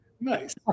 Nice